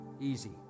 easy